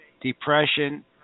depression